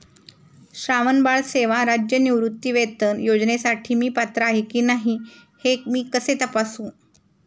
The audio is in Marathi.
श्रावणबाळ सेवा राज्य निवृत्तीवेतन योजनेसाठी मी पात्र आहे की नाही हे मी कसे तपासू?